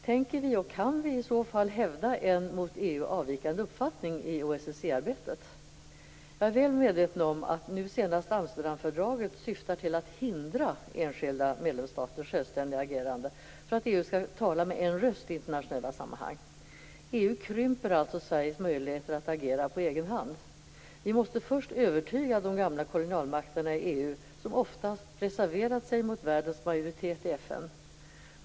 Tänker vi, och kan vi, i så fall hävda en mot EU avvikande uppfattning i OSSE-arbetet? Jag är väl medveten om att nu senast Amsterdamfördraget syftar till att hindra enskilda medlemsstaters självständiga agerande för att EU skall tala med en röst i internationella sammanhang. EU krymper alltså Sveriges möjligheter att agera på egen hand. Vi måste först övertyga de gamla kolonialmakterna i EU, som ofta reserverat sig mot världens majoritet i FN.